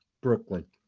Brooklyn